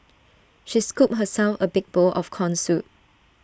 she scooped herself A big bowl of Corn Soup